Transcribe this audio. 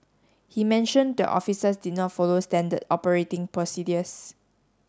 he mentioned the officers did not follow standard operating procedures